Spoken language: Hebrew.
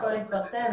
הכול יתפרסם,